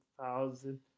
thousand